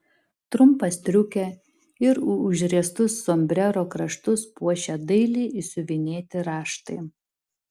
trumpą striukę ir užriestus sombrero kraštus puošė dailiai išsiuvinėti raštai